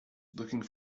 looking